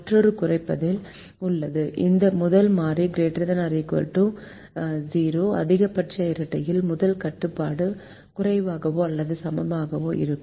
மற்றொன்று குறைப்பதில் உள்ளது முதல் மாறி ≥ 0 அதிகபட்ச இரட்டையில் முதல் கட்டுப்பாடு குறைவாகவோ அல்லது சமமாகவோ இருக்கும்